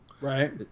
Right